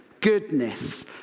goodness